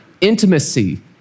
intimacy